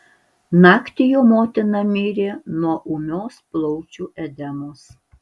naktį jo motina mirė nuo ūmios plaučių edemos